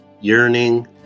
yearning